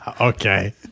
Okay